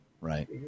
Right